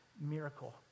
miracle